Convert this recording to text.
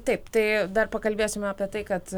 taip tai dar pakalbėsime apie tai kad